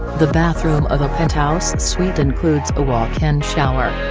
the bathroom of a penthouse suite includes a walk-in shower,